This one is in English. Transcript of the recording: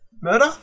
Murder